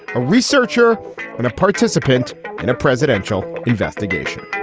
a researcher and a participant in a presidential investigation